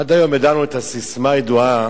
עד היום ידענו את הססמה הידועה: